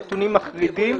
הנתונים מחרידים,